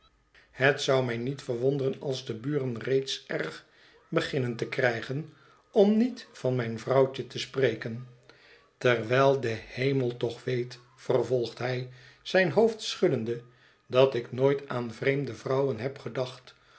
het zou mij niet verwonderen als de buren reeds erg beginnen te krijgen om niet van mijn vrouwtje te spreken terwijl de hemel toch weet vervolgt hij zijn hoofd schuddende dat ik nooit aan vreemde vrouwen heb gedacht